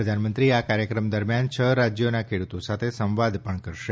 પ્રધાનમંત્રી આ કાર્યક્રમ દરમ્યાન છ રાજ્યોના ખેડૂતો સાથે સંવાદ પણ કરશે